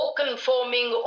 conforming